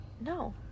No